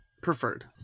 Preferred